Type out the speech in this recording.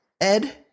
Ed